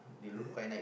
is it